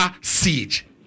siege